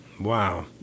Wow